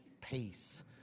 peace